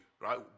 right